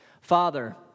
Father